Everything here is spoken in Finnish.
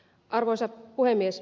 arvoisa puhemies